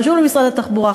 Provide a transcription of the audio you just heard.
חשוב למשרד התחבורה,